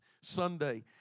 Sunday